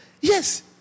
Yes